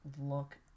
look